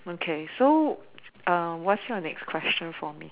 okay so what's your next question for me